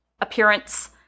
appearance